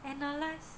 analyse